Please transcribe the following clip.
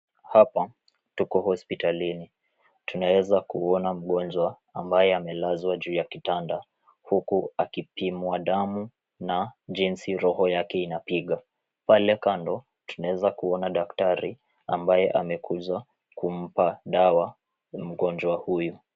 Hapa, tuko hospitalini. Tunaweza kuona mgonjwa ambaye amelazwa juu ya kitanda huku akipimwa damu na jinsi roho yake inapiga. Pale kando, tunaweza kuona daktari ambaye amekuja kumpa dawa mgonjwa huyu.